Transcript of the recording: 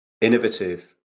innovative